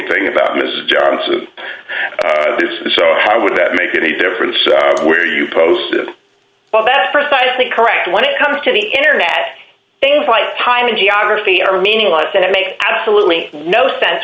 thing about mrs johnson this would that make any difference where you post well that's precisely correct when it comes to the internet things like time and geography are meaningless and i make absolutely no sense